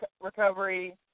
recovery